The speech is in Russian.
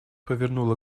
повернула